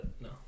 No